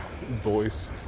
voice